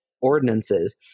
ordinances